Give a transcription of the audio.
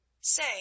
Say